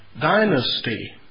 dynasty